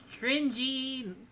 cringy